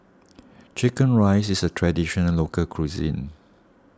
Chicken Rice is a Traditional Local Cuisine